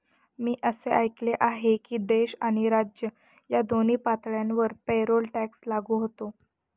मी असे ऐकले आहे की देश आणि राज्य या दोन्ही पातळ्यांवर पेरोल टॅक्स लागू होतो